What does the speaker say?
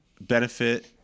benefit